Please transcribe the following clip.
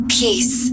peace